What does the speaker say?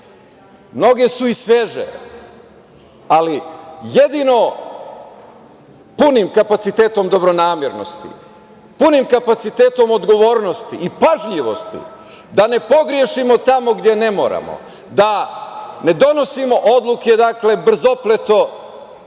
Mnoge su i sveže, ali jedino punim kapacitetom dobronamernosti, punim kapacitetom odgovornosti i pažljivosti da ne pogrešimo tamo gde ne moramo, da ne donosimo odluke brzopleto